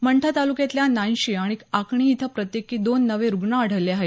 मंठा तालुक्यातल्या नानशी आणि आकणी इथं प्रत्येकी दोन नवे रुग्ण आढळले आहेत